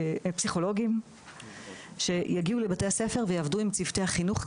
פסיכולוגיים שיגיעו לבתי הספר ויעבדו עם צוותי החינוך,